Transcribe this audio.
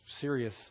serious